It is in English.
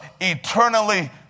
eternally